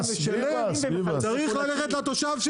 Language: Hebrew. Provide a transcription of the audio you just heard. צריך ללכת לתושב,